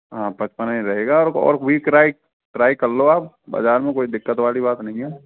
हाँ पचपन ही रहेगा अब और वीक राइट ट्राई करलो आप बाज़ार में कोई दिक्कत वाली बात नहीं